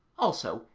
also,